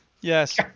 Yes